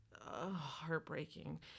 heartbreaking